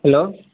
hello